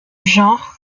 genre